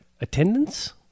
attendance